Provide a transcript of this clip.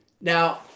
Now